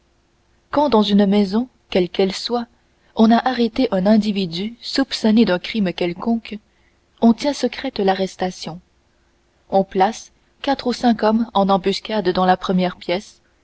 quand dans une maison quelle qu'elle soit on a arrêté un individu soupçonné d'un crime quelconque on tient secrète l'arrestation on place quatre ou cinq hommes en embuscade dans la première pièce